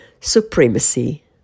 supremacy